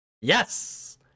Yes